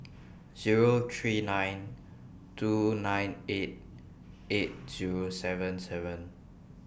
Zero three nine two nine eight eight Zero seven seven